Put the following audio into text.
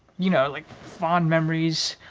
you know, like fond memories